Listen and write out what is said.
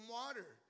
water